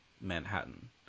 Manhattan